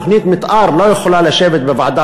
תוכנית מתאר לא יכולה לשבת בוועדה